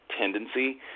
tendency